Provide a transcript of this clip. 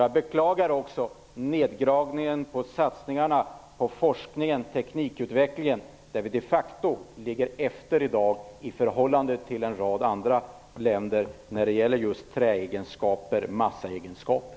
Jag beklagar också neddragningen på satsningarna på forskningen och teknikutvecklingen, där vi de facto i dag ligger efter i förhållande till en rad andra länder när det gäller just träegenskaper och massaegenskaper.